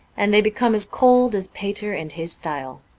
and they become as cold as pater and his style.